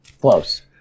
close